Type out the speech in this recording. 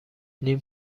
نیم